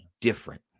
different